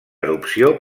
erupció